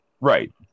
right